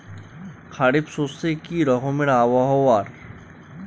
খরিফ শস্যে কি রকম আবহাওয়ার?